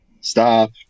Stop